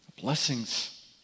blessings